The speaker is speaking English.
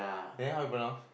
then how you pronounce